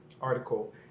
article